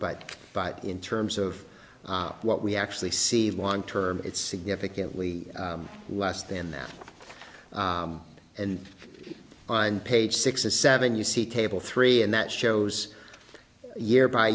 but in terms of what we actually see long term it's significantly less than that and on page six or seven you see table three and that shows year by